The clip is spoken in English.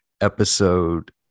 episode